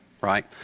right